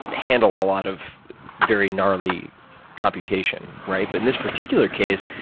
handle a lot of very gnarly computation, right? but in this particular case,